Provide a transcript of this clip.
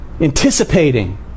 anticipating